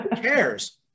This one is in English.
cares